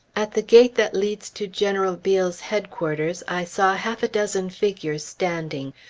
at the gate that leads to general beale's headquarters, i saw half a dozen figures standing.